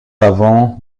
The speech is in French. avant